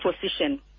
position